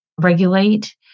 regulate